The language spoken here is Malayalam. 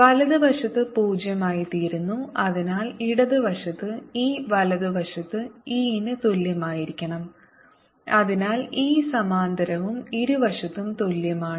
വലതുവശത്ത് പൂജ്യമായിത്തീരുന്നു അതിനാൽ ഇടതുവശത്ത് e വലതുവശത്ത് e ന് തുല്യമായിരിക്കണം അതിനാൽ e സമാന്തരവും ഇരുവശത്തും തുല്യമാണ്